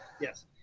Yes